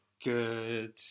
good